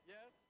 Yes